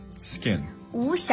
skin